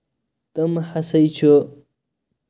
تِم ہسا چھُ